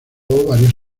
varios